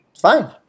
Fine